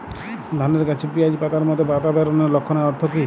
ধানের গাছে পিয়াজ পাতার মতো পাতা বেরোনোর লক্ষণের অর্থ কী?